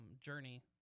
journey